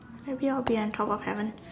maybe I'll be on top of heaven